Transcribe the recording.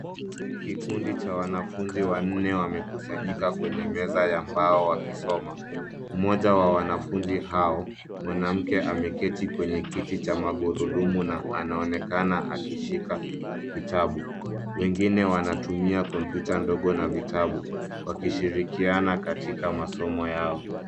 Kikundi cha wanafunzi wanne wamekusanyika kwenye meza ya mbao wakisoma. Mmoja wa wanafunzi hao mwanamke ameketi kwenye kiti cha magurudumu na anaonekana akishika kitabu. Wengine wanatumia kompyuta ndogo na vitabu wakishirikiana katika masomo yao.